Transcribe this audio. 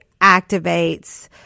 activates